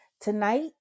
tonight